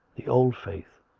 the old faith,